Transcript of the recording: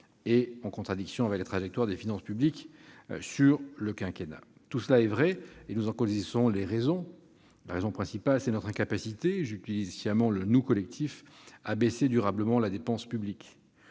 en contradiction avec la trajectoire des finances publiques sur le quinquennat. Tout cela est vrai, et nous en connaissons les raisons, à commencer par notre incapacité- j'utilise sciemment le nous collectif - à baisser durablement la dépense publique.